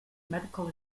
medical